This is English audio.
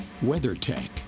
WeatherTech